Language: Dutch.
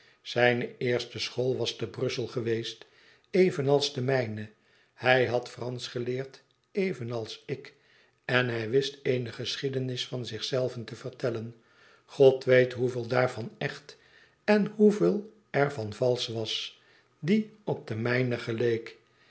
zijne eerste school was te brussel geweest evenals de mijne hij had fransch geleerd evenals ik en hij wist eene geschiedenis van zich zelven te vertellen god weet hoeveel daarvan echt en hoeveel er van valsch was die op de mijne geleek